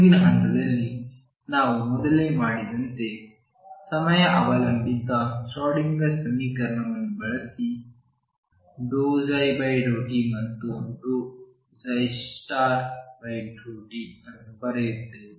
ಮುಂದಿನ ಹಂತಗಳನ್ನು ನಾವು ಮೊದಲೇ ಮಾಡಿದಂತೆ ಸಮಯ ಅವಲಂಬಿತ ಶ್ರೋಡಿಂಗರ್ ಸಮೀಕರಣವನ್ನು ಬಳಸಿ ∂ψ∂t ಮತ್ತು∂ψ∂t ಅನ್ನು ಬರೆಯುತ್ತೇವೆ